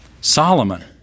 Solomon